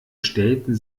stellten